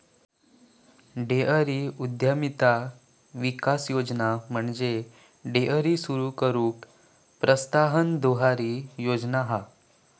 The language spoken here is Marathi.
डेअरी उद्यमिता विकास योजना म्हणजे डेअरी सुरू करूक प्रोत्साहन देणारी योजना हा